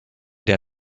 der